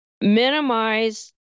minimize